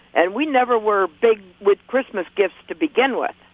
and we never were big with christmas gifts to begin with,